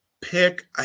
pick